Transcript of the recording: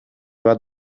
bat